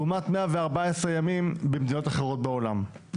לעומת מאה וארבע עשרה ימים במדינות אחרות בעולם.